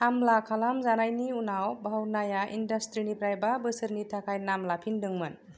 हामला खालाम जानायनि उनाव भावनाया इण्डास्ट्रीनिफ्राय बा बोसोरनि थाखाय नाम लाफिनदों मोन